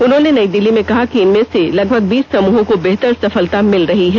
उन्होंने नई दिल्ली में कहा कि इनमें से लगभग बीस समूहों को बेहतर सफलता मिल रही है